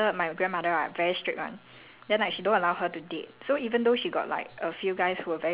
ya very cute [one] okay so err my aunt right her mother my grandmother right very strict [one]